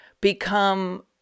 become